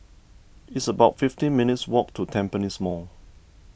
it's about fifty minutes' walk to Tampines Mall